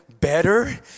better